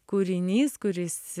kūrinys kuris